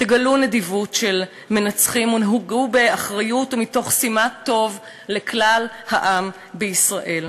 גלו נדיבות של מנצחים ונהגו באחריות ומתוך שימת טוב לכלל העם בישראל.